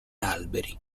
alberi